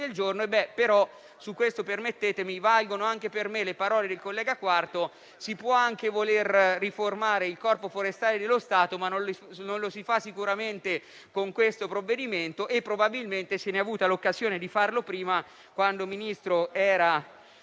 del giorno). Sul punto però valgono anche per me le parole del collega Quarto; si può anche voler riformare il Corpo forestale dello Stato, ma non lo si fa sicuramente con questo provvedimento e probabilmente se ne è avuta l'occasione di farlo prima, quando era Ministro il